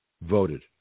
voted